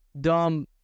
dumb